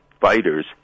fighters